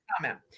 comment